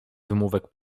wymówek